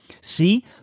See